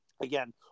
Again